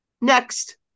Next